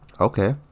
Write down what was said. okay